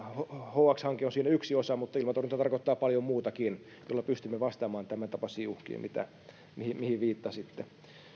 hx hanke on siinä yksi osa mutta ilmatorjunta tarkoittaa paljon muutakin millä pystymme vastaamaan tämäntapaisiin uhkiin mihin viittasitte